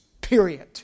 period